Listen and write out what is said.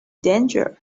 danger